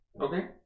Okay